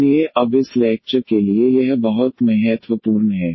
इसलिए अब इस लैक्चर के लिए यह बहुत महत्वपूर्ण है